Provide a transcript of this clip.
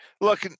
look